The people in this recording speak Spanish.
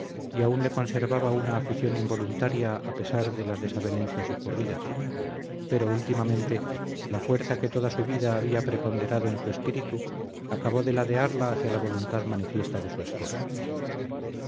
y aún le conservaba una afición involuntaria a pesar de las desavenencias ocurridas pero últimamente la fuerza que toda su vida había preponderado en su espíritu acabó de ladearla hacia la voluntad manifiesta de su esposo